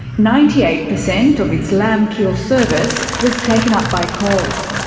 ninety eight percent of its lamb kill service was taken up by coles.